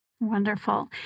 Wonderful